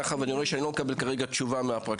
מאחר ואני רואה שאני לא מקבל כרגע תשובה מהפרקליטות,